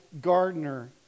gardener